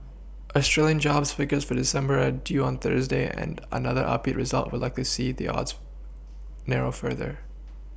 Australian jobs figures for December are due on Thursday and another upbeat result would likely see the odds narrow further